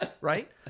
right